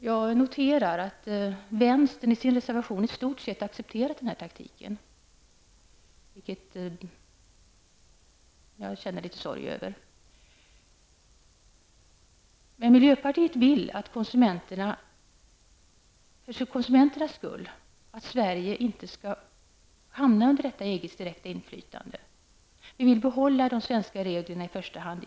Jag noterar att vänstern i sin reservation i stort sett har accepterat denna taktik, vilket jag känner litet sorg över. Men miljöpartiet vill för konsumenternas skull att Sverige inte skall hamna under EGs direkta inflytande. Vi vill i första hand behålla de svenska reglerna i Sverige.